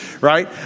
Right